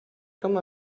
com